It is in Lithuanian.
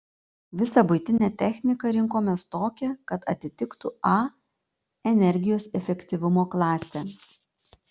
visą buitinę techniką rinkomės tokią kad atitiktų a energijos efektyvumo klasę